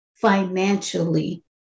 financially